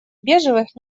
бежевых